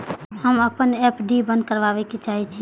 हम अपन एफ.डी बंद करबा के चाहे छी